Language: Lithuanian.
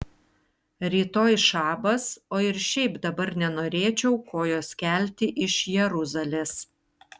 rytoj šabas o ir šiaip dabar nenorėčiau kojos kelti iš jeruzalės